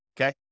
okay